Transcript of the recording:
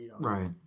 Right